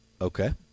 okay